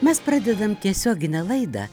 mes pradedam tiesioginę laidą